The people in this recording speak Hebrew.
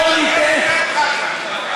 בואו ניתן,